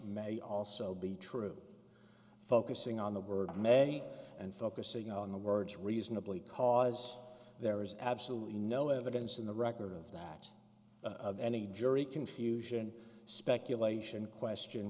may also be true focusing on the word many and focusing on the words reasonably cause there is absolutely no evidence in the record of that of any jury confusion speculation question